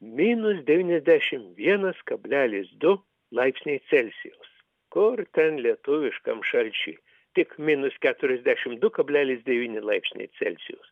minus devyniasdešim vienas kablelis du laipsniai celsijaus kur ten lietuviškam šalčiui tik minus keturiasdešimt du kablelis devyni laipsniai celsijaus